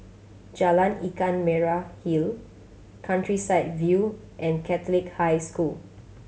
Jalan Ikan Merah Hill Countryside View and Catholic High School